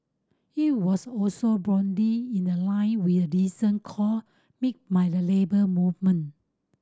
it was also broadly in the line with a recent call made by the Labour Movement